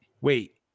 Wait